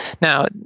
Now